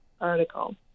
article